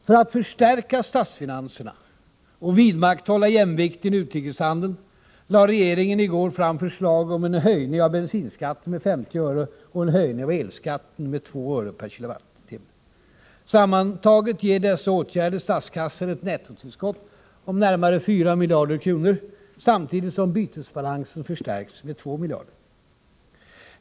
För att förstärka statsfinanserna och vidmakthålla jämvikten i utrikeshandeln lade regeringen i går fram förslag om en höjning av bensinskatten med 50 öre per liter samt en höjning av elskatten med 2 öre per kWh. Sammantaget ger dessa åtgärder statskassan ett nettotillskott om närmare 4 miljarder kronor, samtidigt som bytesbalansen förstärks med ca 2 miljarder.